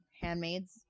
Handmaids